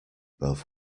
both